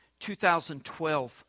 2012